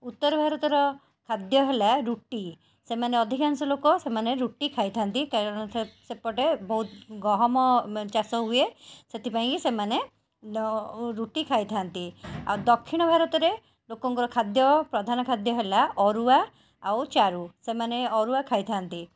ଉତ୍ତର ଭାରତର ଖାଦ୍ୟ ହେଲା ରୁଟି ସେମାନେ ଅଧିକାଂଶ ଲୋକ ସେମାନେ ରୁଟି ଖାଇଥାନ୍ତି କାରଣ ସେପଟେ ବହୁତ ଗହମ ଚାଷ ହୁଏ ସେଥିପାଇଁକି ସେମାନେ ରୁଟି ଖାଇଥାନ୍ତି ଆଉ ଦକ୍ଷିଣ ଭାରତରେ ଲୋକଙ୍କର ଖାଦ୍ୟ ପ୍ରଧାନ ଖାଦ୍ୟ ହେଲା ଅରୁଆ ଆଉ ଚାରୁ ସେମାନେ ଅରୁଆ ଖାଇଥାନ୍ତି